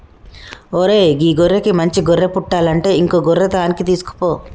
ఓరై గీ గొర్రెకి మంచి గొర్రె పుట్టలంటే ఇంకో గొర్రె తాన్కి తీసుకుపో